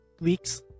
weeks